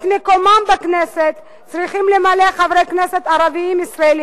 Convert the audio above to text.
את מקומם בכנסת צריכים למלא חברי כנסת ערבים-ישראלים